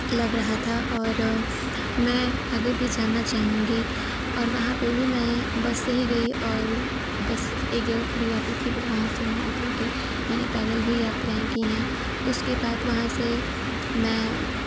लग रहा था और मैं आगे भी जाना चाहूँगी और वहाँ पे भी मैं बस से ही गई और बस एक जगह खड़ी हो जाती थी बट वहाँ से मैं उतर के मैंने पैदल भी यात्राएँ की हैं उसके बाद वहाँ से मैं